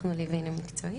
אנחנו ליווינו מקצועית.